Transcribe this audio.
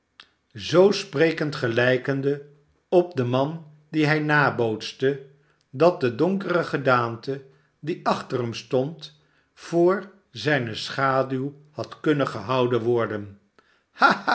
zoo sprekend gelijkende op den man dien hij nabootste dat de donkere gedaante die achter hem stond voor zijne schaduw had kunnen gehouden worden